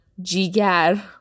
Jigar